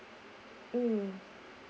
mm